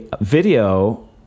video